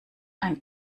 ein